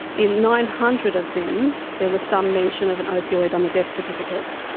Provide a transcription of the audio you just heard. in nine hundred of them there was some mention of an opioid on the death certificate,